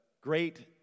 great